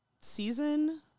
season